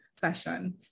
session